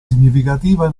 significativa